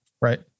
Right